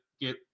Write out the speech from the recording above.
get